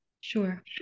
Sure